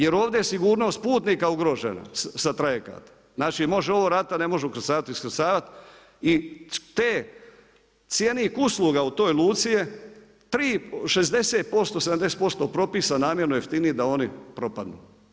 Jer ovdje je sigurnost putnika ugrožena sa trajekata, znači može ovo raditi a ne može ukrcavati i iskrcavati i te cjenik usluga u toj luci je 3, 60%, 70% propisan namjerno jeftino da oni propadnu.